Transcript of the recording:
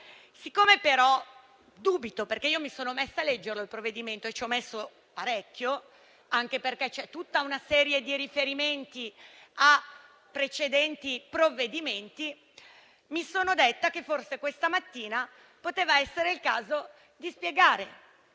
Siccome ne dubito, perché mi sono messa a leggere il provvedimento e ci ho impiegato parecchio (anche perché contiene tutta una serie di riferimenti a provvedimenti precedenti), mi sono detta che forse questa mattina poteva essere il caso di spiegare,